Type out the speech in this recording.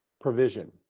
provision